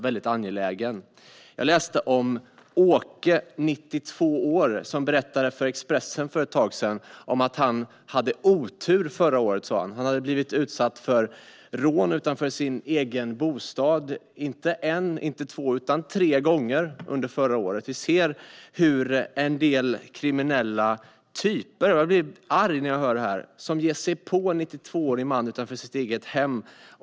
Jag läste för ett tag sedan i Expressen om Åke, 92 år, som berättade att han förra året hade haft otur, som han sa. Han hade blivit utsatt för rån utanför sin egen bostad, inte en, inte två utan tre gånger. En del kriminella typer - jag blir arg när jag hör det här - ger sig på en 92-årig man utanför hans eget hem.